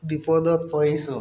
বিপদত পৰিছোঁ